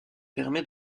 permet